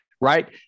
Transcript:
right